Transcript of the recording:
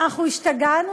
אנחנו השתגענו,